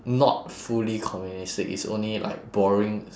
not fully communistic it's only like borrowing